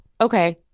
Okay